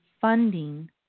funding